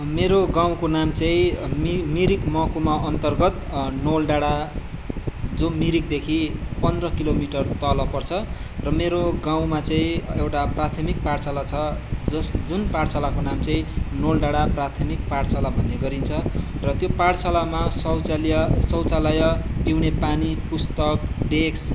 मेरो गाउँको नाम चाहिँ मिरिक महकुमा अन्तर्गत नोल डाँढा जो मिरिकदेखि पन्ध्र किलोमिटर तल पर्छ र मेरो गाउँमा चाहिँ एउटा प्राथमिक पाठशाला छ जस जुन पाठशालाको नाम चाहिँ नोल डाँडा प्राथमिक पाठशाला भन्ने गरिन्छ र त्यो पाठशालामा शौचालीय शौचालय पिउने पानी पुस्तक डेस्क